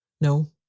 No